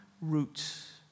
roots